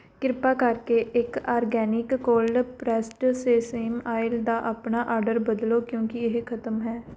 ਕਿਰਪਾ ਕਰਕੇ ਇੱਕ organic cold pressed sesame oil ਦਾ ਆਪਣਾ ਆਰਡਰ ਬਦਲੋ ਕਿਉਂਕਿ ਇਹ ਖ਼ਤਮ ਹੈ